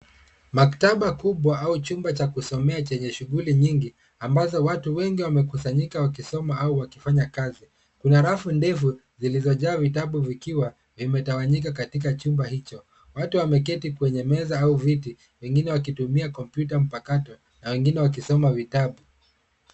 Maktaba kubwa au chumba cha kusomea chenye shughuli nyingi ambazo watu wengi wamekusanyika wakisoma au wakifanya kazi. Kuna rafu ndefu zilizojaa vitabu vikiwa vimetawanyika katika chumba hicho. Watu wameketi kwenye meza au viti wengine wakitumia kompyuta mpakato na wengine wakisoma vitabu.